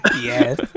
yes